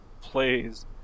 plays